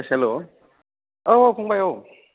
S हेल' औ औ फंबाइ औ